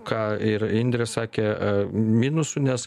ką ir indrė sakė minusų nes